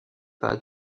pas